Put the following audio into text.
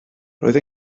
roedd